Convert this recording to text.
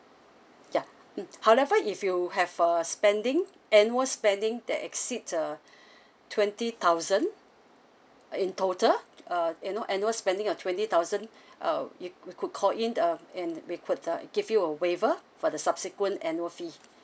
ya mm however if you have a spending annual spending that exceed a twenty thousand in total uh you know annual spending of twenty thousand uh you could call in uh and we could uh give you a waiver for the subsequent annual fee